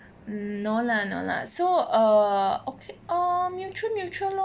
no lah no lah so err okay oh mutual mutual lor